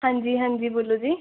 ਹਾਂਜੀ ਹਾਂਜੀ ਬੋਲੋ ਜੀ